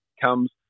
comes